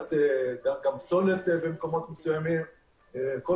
זריקת פסולת במקומות מסוימים והרשימה עוד ארוכה בנושא הזה.